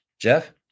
Jeff